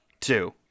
Two